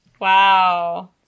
wow